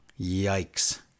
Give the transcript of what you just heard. yikes